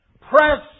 press